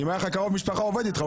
אם היה לך קרוב משפחה שעובד איתך,